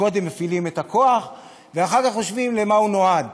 שקודם מפעילים את הכוח ואחר כך חושבים למה הוא נועד,